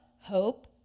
hope